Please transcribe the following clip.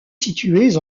situés